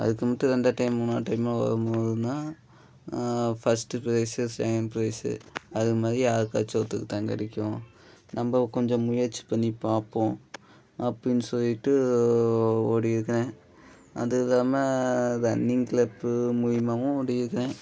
அதுக்கு மட்டும் ரெண்டாவது டைம் மூணாவது டைம்லெல்லாம் ஓடும் போதுதான் ஃபஸ்ட்டு ப்ரைஸு செகண்ட் ப்ரைஸு அதுமாதிரி யாருக்காச்சும் ஒருத்தருக்கு தான் கிடைக்கும் நம்ம கொஞ்சம் முயற்சி பண்ணிப் பார்ப்போம் அப்படின்னு சொல்லிட்டு ஓடி இருக்கிறேன் அது இல்லாமல் ரன்னிங் க்ளப்பு மூலிமாவும் ஓடி இருக்கிறேன்